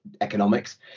economics